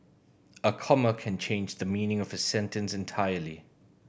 a comma can change the meaning of a sentence entirely